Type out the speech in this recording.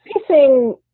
Facing